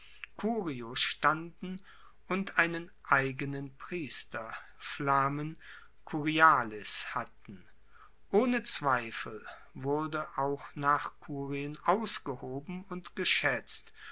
standen und einen eigenen priester flamen curialis hatten ohne zweifel wurde auch nach kurien ausgehoben und geschaetzt